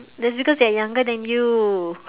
that's because they're younger than you